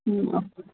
ம்